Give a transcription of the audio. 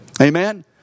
Amen